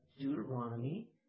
Deuteronomy